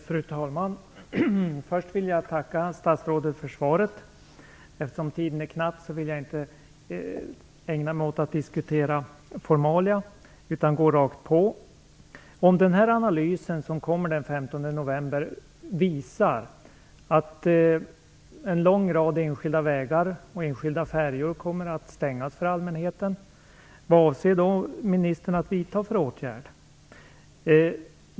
Fru talman! Först vill jag tacka statsrådet för svaret. Eftersom tiden är knapp vill jag inte ägna mig åt att diskutera formalia, utan jag går rakt på sak. Om den här analysen som kommer den 15 november visar att en lång rad enskilda vägar och enskilda färjor kommer att stängas för allmänheten, vilka åtgärder avser ministern då att vidta?